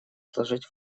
сложить